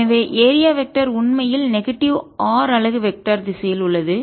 எனவே area vector உண்மையில் negative r அலகு வெக்டர் திசையில் உள்ளது